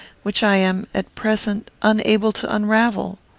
which i am, at present, unable to unravel.